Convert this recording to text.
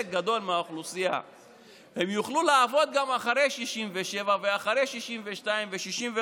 חלק גדול מהאוכלוסייה יוכל לעבוד גם אחרי 67 ואחרי 62 ו-65.